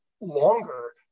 longer